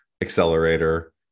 accelerator